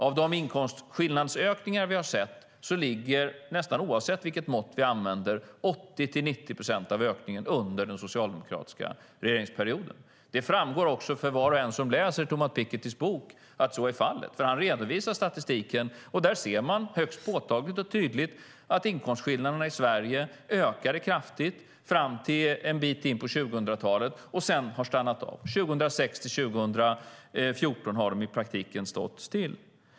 Av de inkomstskillnadsökningar vi har sett, nästan oavsett vilket mått vi använder, ligger 80-90 procent av ökningen under den socialdemokratiska regeringsperioden. Det framgår också för var och en som läser Thomas Pikettys bok att så är fallet. Han redovisar statistiken, och där ser man högst påtagligt och tydligt att inkomstskillnaderna i Sverige ökade kraftigt fram till en bit in på 2000-talet och sedan har stannat av. Åren 2006-2014 har de i praktiken stått stilla.